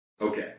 Okay